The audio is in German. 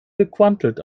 gequantelt